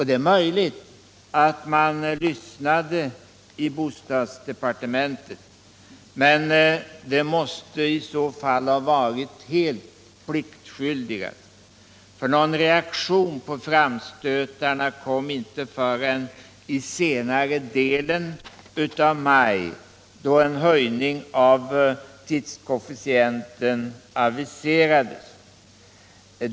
Det är möjligt att man lyssnade i bostadsdepartementet. Men det måste = Den ekonomiska i så fall ha varit helt pliktskyldigt, för någon reaktion på framstötarna = politiken m.m. kom inte förrän i senare delen av maj, då en höjning av tidskoefficienten aviserades.